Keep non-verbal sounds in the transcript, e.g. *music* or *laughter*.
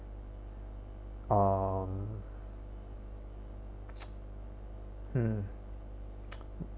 um *noise* hmm *noise*